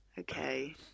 Okay